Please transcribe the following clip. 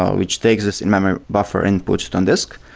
ah which takes this in-memory buffer and puts it on disk.